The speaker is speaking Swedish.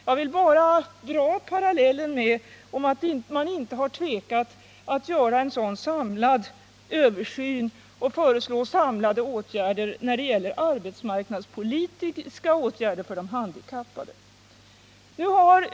Jag vill dra parallellen med att man inte tvekar att göra en sådan samlad översyn och föreslå samlade insatser när det gäller arbetsmarknadspolitiska åtgärder för de handikappade.